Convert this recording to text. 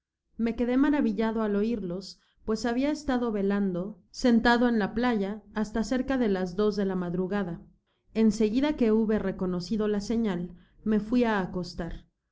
me quedé maravillado al oirlos pues habia estado velando sebtado en la playa hasta cerca de las dos de la madrugada en seguida que hube reconocido la señal me fai á acostar y